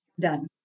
done